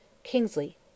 Kingsley